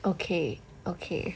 okay okay